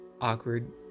awkward